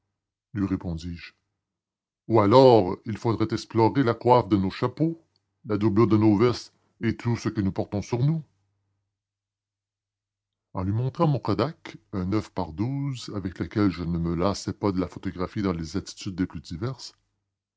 lui répondais je ou alors il faudrait explorer la coiffe de nos chapeaux la doublure de nos vestes et tout ce que nous portons sur nous et lui montrant mon kodak un x avec lequel je ne me lassais pas de la photographier dans les attitudes les plus diverses